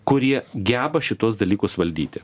kurie geba šituos dalykus valdyti